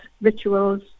rituals